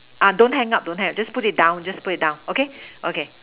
uh don't hang up don't hang up just put it down just put it down okay okay